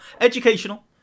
educational